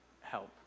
help